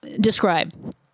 describe